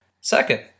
Second